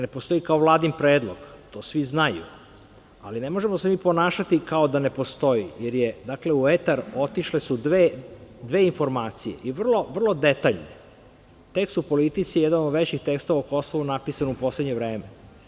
Ne postoji kao Vladin predlog, to svi znaju, ali ne možemo se mi ponašati kao da ne postoji, jer u etar otišle su dve informacije i vrlo detaljno, tekst u „Politici“ je jedan od većih tekstova o Kosovu napisan u poslednje vreme.